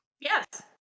Yes